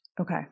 Okay